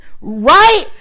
Right